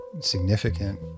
significant